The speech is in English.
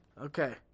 Okay